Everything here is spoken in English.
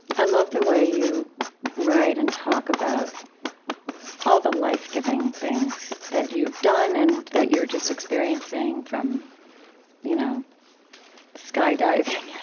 i love the way you write and talk about all the life-giving things that you've done, and that you're just experiencing from you know skydiving